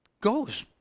goes